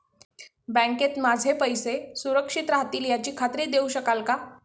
बँकेत माझे पैसे सुरक्षित राहतील याची खात्री देऊ शकाल का?